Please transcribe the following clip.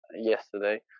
yesterday